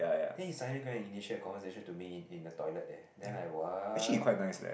then he suddenly go and initiate a conversation to me in in the toilet there then I what